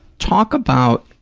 talk about